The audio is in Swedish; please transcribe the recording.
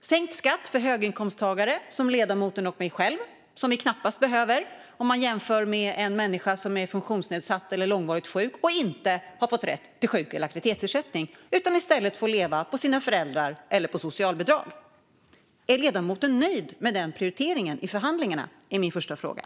sänkt skatt för höginkomsttagare som ledamoten och mig själv, som vi knappast behöver om man jämför med en människa som är funktionsnedsatt eller långvarigt sjuk och inte har fått rätt till sjuk eller aktivitetsersättning utan i stället får leva på sina föräldrar eller på socialbidrag. Är ledamoten nöjd med den prioriteringen i förhandlingarna? Det är min första fråga.